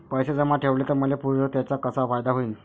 पैसे जमा ठेवले त मले पुढं त्याचा कसा फायदा होईन?